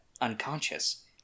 unconscious